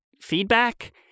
feedback